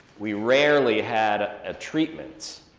we rarely had a treatment.